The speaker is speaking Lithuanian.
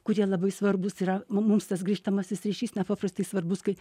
kurie labai svarbūs yra mum mums tas grįžtamasis ryšys nepaprastai svarbus kai